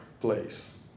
place